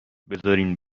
بذارین